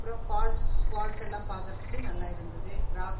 அப்புறம் ஃபால்ஸ் ஃபால்ஸெல்லாம்பாக்குறத்துக்கு நல்லா இருந்தது